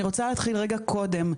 אני רוצה להתחיל רגע קודם,